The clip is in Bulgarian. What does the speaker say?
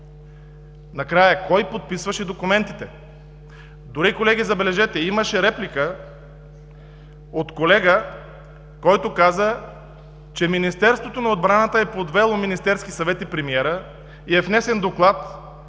накрая кой подписваше документите, дори забележете, колеги, имаше реплика от колега, който каза, че Министерството на отбраната е подвело Министерския съвет и премиера: внесен е доклад,